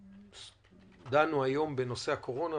דנו היום בנושא הקורונה,